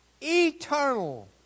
eternal